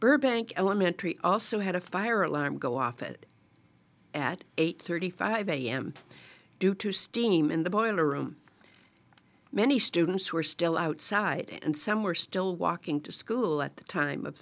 burbank elementary also had a fire alarm go off it at eight thirty five am due to steam in the boiler room many students who are still outside and some were still walking to school at the time of